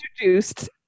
introduced